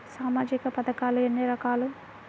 సామాజిక పథకాలు ఎన్ని రకాలు?